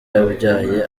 yabyaye